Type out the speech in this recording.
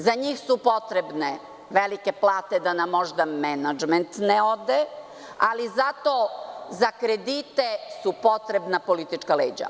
Za njih su potrebne velike plate, da nam možda menadžment ne ode, ali zato za kredite su potrebna politička leđa.